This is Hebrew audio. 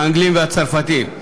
האנגלים והצרפתים.